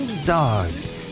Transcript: Dogs